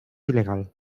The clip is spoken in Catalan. il·legal